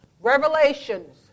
Revelations